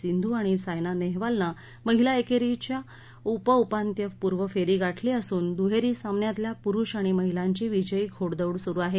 सिंधू आणि सायना नेहवालनं महिला एकेरीची उप उपान्त्यपूर्व फेरी गाठली असून दुहेरी सामनातल्या पुरूष आणि महिलांची विजयी घोडदौड सुरू आहे